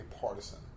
partisan